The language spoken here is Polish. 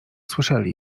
słyszeli